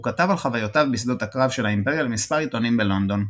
הוא כתב על חוויותיו בשדות הקרב של האימפריה למספר עיתונים בלונדון.